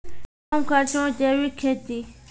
कम खर्च मे जैविक खेती?